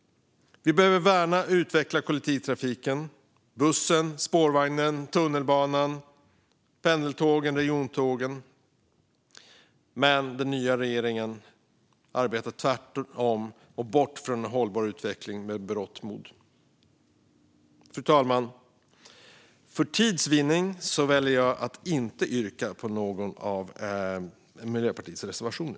Vi behöver värna och utveckla kollektivtrafiken - bussen, spårvagnen, tunnelbanan, pendeltågen och regiontågen - men den nya regeringen styr i stället med berått mod bort från en hållbar utveckling. Fru talman! För tids vinnande väljer jag att inte yrka bifall till någon av Miljöpartiets reservationer.